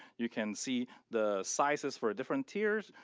you can see the sizes for different tiers,